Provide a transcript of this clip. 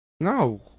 No